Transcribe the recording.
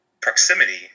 proximity